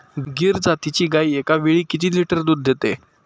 गीर जातीची गाय एकावेळी किती लिटर दूध देते?